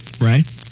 Right